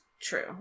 true